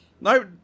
no